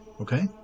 Okay